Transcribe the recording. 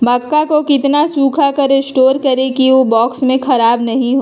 मक्का को कितना सूखा कर स्टोर करें की ओ बॉक्स में ख़राब नहीं हो?